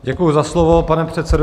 Děkuji za slovo, pane předsedo.